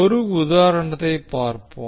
ஒரு உதாரணத்தைப் பார்ப்போம்